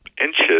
inches